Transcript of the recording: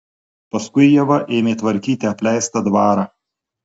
paskui ieva ėmė tvarkyti apleistą dvarą